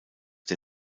der